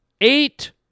eight